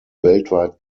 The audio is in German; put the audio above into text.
weltweit